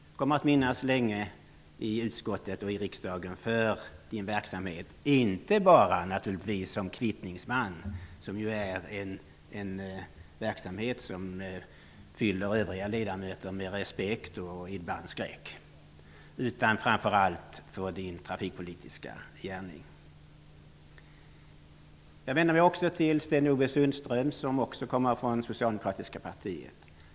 Han kommer att minnas länge i utskottet och i riksdagen för sin verksamhet, inte bara naturligtvis som kvittningsman, som ju är en verksamhet som fyller övriga ledamöter med respekt och ibland skräck, utan framför allt för sin trafikpolitiska gärning. Jag vänder mig också till Sten-Ove Sundström som även han kommer från det socialdemokratiska partiet.